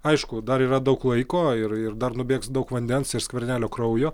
aišku dar yra daug laiko ir ir dar nubėgs daug vandens ir skvernelio kraujo